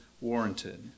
warranted